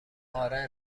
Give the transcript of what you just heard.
آره